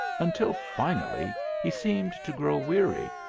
until finally he seemed to grow weary,